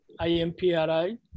IMPRI